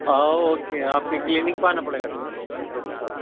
ہاں اوکے آپ کی کلینک پہ آنا پڑے گا سر ڈاکٹر صاحب